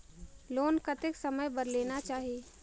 Loan कतेक समय बर लेना चाही?